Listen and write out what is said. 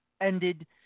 ended